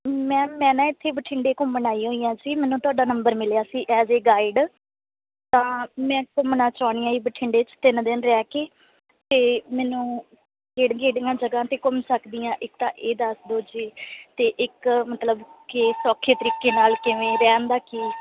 ma'am ਮੈਂ ਨਾ ਇੱਥੇ ਬਠਿੰਡੇ ਘੁੰਮਣ ਆਈ ਹੋਈ ਹਾਂ ਸੀ ਮੈਨੂੰ ਤੁਹਾਡਾ ਨੰਬਰ ਮਿਲਿਆ ਸੀ ਐਜ ਏ ਗਾਈਡ ਤਾਂ ਮੈਂ ਘੁੰਮਣਾ ਚਾਹੁੰਦੀ ਹਾਂ ਜੀ ਬਠਿੰਡੇ 'ਚ ਤਿੰਨ ਦਿਨ ਰਹਿ ਕੇ ਅਤੇ ਮੈਨੂੰ ਕਿਹੜੀਆਂ ਕਿਹੜੀਆਂ ਜਗ੍ਹਾ 'ਤੇ ਘੁੰਮ ਸਕਦੀ ਹਾਂ ਇੱਕ ਤਾਂ ਇਹ ਦੱਸ ਦਿਓ ਜੀ ਅਤੇ ਇੱਕ ਮਤਲਬ ਕਿ ਸੌਖੇ ਤਰੀਕੇ ਨਾਲ ਕਿਵੇਂ ਰਹਿਣ ਦਾ ਕੀ